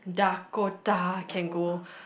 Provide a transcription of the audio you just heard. Dakota can go